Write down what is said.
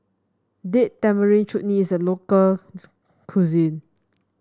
Date Tamarind Chutney is a local cuisine